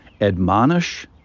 admonish